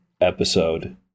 episode